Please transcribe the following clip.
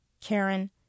Karen